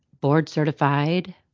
board-certified